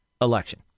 election